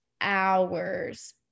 hours